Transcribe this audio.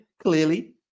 clearly